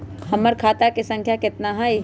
हमर खाता के सांख्या कतना हई?